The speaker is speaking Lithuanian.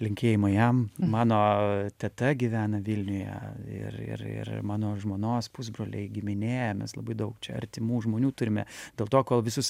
linkėjimai jam mano teta gyvena vilniuje ir ir ir mano žmonos pusbroliai giminė mes labai daug čia artimų žmonių turime dėl to kol visus